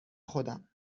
خودم